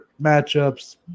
matchups